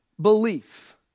belief